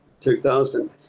2000